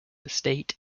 estate